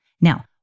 Now